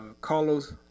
Carlos